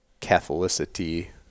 Catholicity